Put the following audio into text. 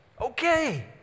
Okay